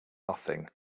nothing